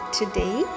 today